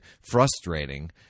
frustrating